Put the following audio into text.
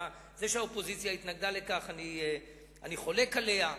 זה שהאופוזיציה התנגדה לכך, אני חולק עליה.